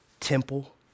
temple